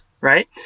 right